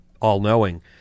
all-knowing